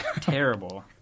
terrible